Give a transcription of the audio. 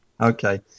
Okay